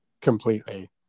Completely